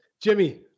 Jimmy